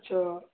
ਅੱਛਾ